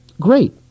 great